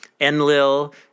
Enlil